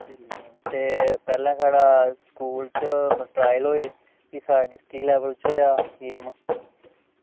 ते पैह्ला साढ़ा मतलब स्कूल च ट्रॉयल होए भी साढ़ा डिस्ट्रिक्ट लेवल च होआ गेम